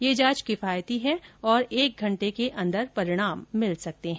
यह जांच किफायती है और एक घंटे के अंदर परिणाम मिल सकते हैं